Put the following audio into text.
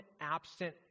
absent